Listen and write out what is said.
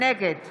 נגד